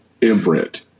imprint